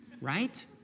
right